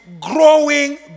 growing